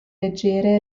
leggere